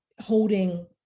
holding